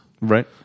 Right